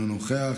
אינו נוכח,